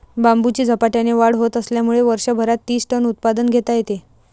बांबूची झपाट्याने वाढ होत असल्यामुळे वर्षभरात तीस टन उत्पादन घेता येते